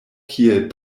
kiel